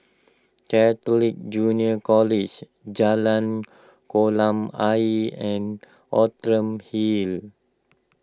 Catholic Junior College Jalan Kolam Ayer and Outram Hill